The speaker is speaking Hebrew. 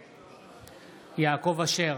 נגד יעקב אשר,